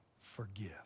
forgive